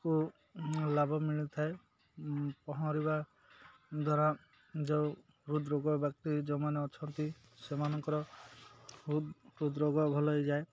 କୁ ଲାଭ ମିଳିଥାଏ ପହଁରିବା ଦ୍ୱାରା ଯୋଉ ହୃଦ ରୋଗ ବ୍ୟକ୍ତି ଯୋଉମାନେ ଅଛନ୍ତି ସେମାନଙ୍କର ହୃଦ ହୃଦ ରୋଗ ଭଲ ହୋଇଯାଏ